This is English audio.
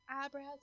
Eyebrows